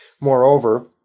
Moreover